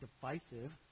divisive